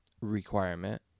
requirement